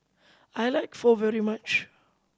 I like Pho very much